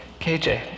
KJ